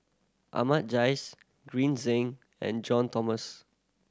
Ahmad Jais Green Zeng and John